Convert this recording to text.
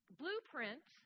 blueprint